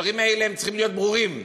הדברים האלה צריכים להיות ברורים,